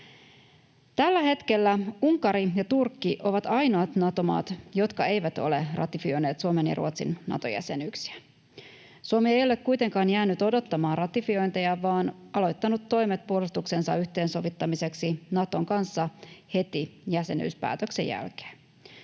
Tällä hetkellä Unkari ja Turkki ovat ainoat Nato-maat, jotka eivät ole ratifioineet Suomen ja Ruotsin Nato-jäsenyyksiä. Suomi ei ole kuitenkaan jäänyt odottamaan ratifiointeja, vaan aloittanut toimet puolustuksensa yhteensovittamiseksi Naton kanssa heti jäsenyyspäätöksen jälkeen.